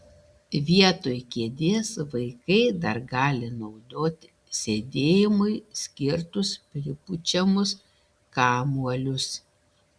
vietoj kėdės vaikai dar gali naudoti sėdėjimui skirtus pripučiamus kamuolius